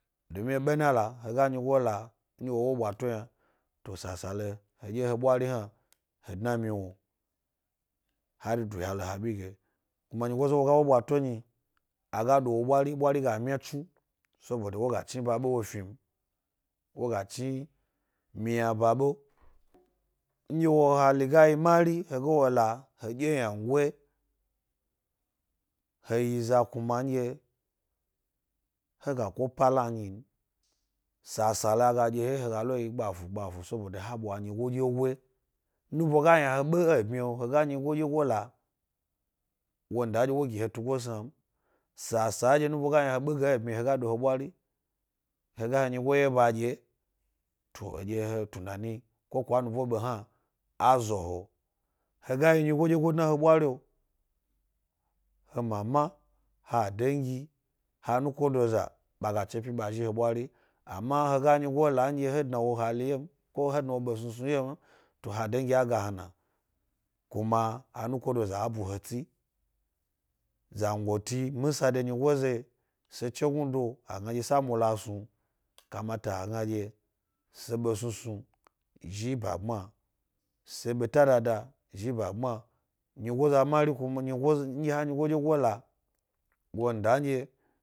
Domi e ɓena la? He ga nyigo la nɗye wo wo ɓwato ynna, to sasale heɗye he bɓwari hna wo dna my wnu hari duya lo ha bi ge. Kuma nyigo za wo ga wo ɓwato nyi, a ga ɗo wo wo ɓwari ɓwari ga myatsnu sobodo woga chni ba ɓe wo fni m. wo ga chin miyna ba ɓe, nɗye wo hnchi ga yi mari, he ga wo la hedye ynango’a he yi za kuma nɗye he ga ko pala nyi n. sasale aga ɗye he ga ɗye he wye he le yi gbafu gbafu saboda ɓwa nyigo dyego nigo dyego, a nubo ga yna he bi e bmyi’o hhe ga nyigo dyego la wanda nɗye wo gi he tugosna yna, sasa nɗye nuɓo ga yna he bi ge e bmyio yna he ga do he ɓwari, he ga he nyigo wyeba ɗye wye, to, eɗye he tunani ko kwa he nubo ga yna he bi ge e bmyi’o yna, he ga ɗo he ɓwari, he ga he nyigo wye ba ɗye wye, to eɗye he tunani ko kwa he nubo biyna a zo he. He ga yi nyigo ɗye go dna e he ɓwari. he mama, ha dangi, ha nukodo za baga chepi ba zhi hebwari. Ama hi ga nyigo la nɗye he dna wo hli wye mko he dna wo ɓesnsnu wye m, to ha den gi aga hna na, kuma anuko doza ga bu he tsi. Zangoti misa de nyigoza yi se chegnudo a gna ɗye s amula snu, kamata a gna ɗye se ɓesnusnu zhi e ba gbma, se ɓeta dada e zhi ba gbmma, nyigoza mari kum nyigo nɗye ha nyigo ɗyego la wanda nɗye.